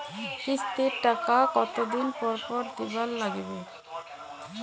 কিস্তির টাকা কতোদিন পর পর দিবার নাগিবে?